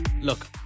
Look